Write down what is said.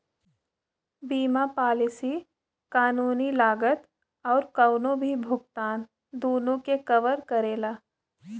बीमा पॉलिसी कानूनी लागत आउर कउनो भी भुगतान दूनो के कवर करेला